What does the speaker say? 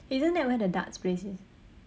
isn't that where the darts place is